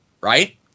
right